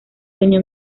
tenía